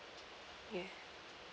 yeah